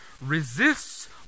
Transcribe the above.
resists